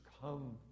come